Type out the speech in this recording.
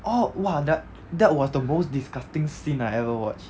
orh !wah! tha~ that was the most disgusting scene I ever watch